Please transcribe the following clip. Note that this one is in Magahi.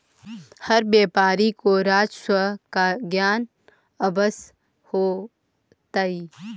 हर व्यापारी को राजस्व का ज्ञान अवश्य होतई